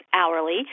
hourly